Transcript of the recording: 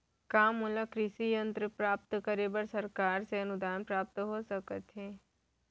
का मोला कृषि यंत्र प्राप्त करे बर सरकार से अनुदान प्राप्त हो सकत हे?